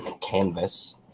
canvas